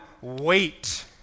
wait